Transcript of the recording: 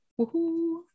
Woohoo